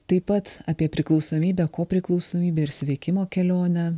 taip pat apie priklausomybę kopriklausomybę ir sveikimo kelionę